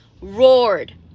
roared